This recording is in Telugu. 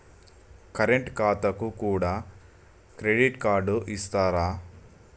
కరెంట్ ఖాతాకు కూడా క్రెడిట్ కార్డు ఇత్తరా?